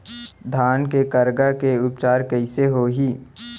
धान के करगा के उपचार कइसे होही?